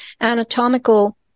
anatomical